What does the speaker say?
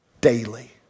daily